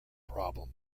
problem